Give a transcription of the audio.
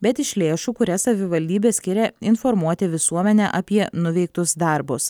bet iš lėšų kurias savivaldybė skiria informuoti visuomenę apie nuveiktus darbus